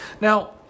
Now